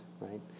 right